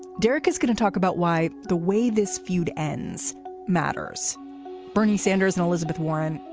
derek is going to talk about why the way this feud ends matters bernie sanders and elizabeth warren,